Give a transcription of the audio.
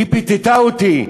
היא פיתתה אותי.